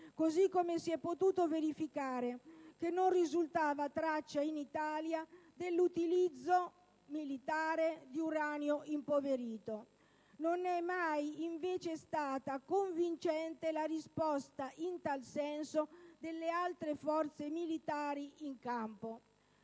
così come si è potuto verificare che non risultava traccia in Italia dell'utilizzo militare di uranio impoverito. Non è mai stata invece convincente la risposta in tal senso delle altre forze militari in campo.